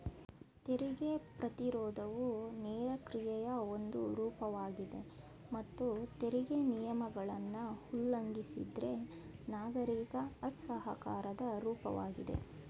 ತೆರಿಗೆ ಪ್ರತಿರೋಧವು ನೇರ ಕ್ರಿಯೆಯ ಒಂದು ರೂಪವಾಗಿದೆ ಮತ್ತು ತೆರಿಗೆ ನಿಯಮಗಳನ್ನ ಉಲ್ಲಂಘಿಸಿದ್ರೆ ನಾಗರಿಕ ಅಸಹಕಾರದ ರೂಪವಾಗಿದೆ